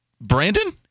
Brandon